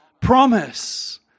Promise